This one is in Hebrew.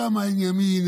שם אין ימין,